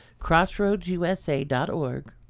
crossroadsusa.org